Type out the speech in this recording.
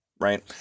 right